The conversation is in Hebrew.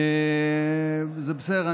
וזה בסדר.